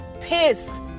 pissed